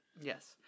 Yes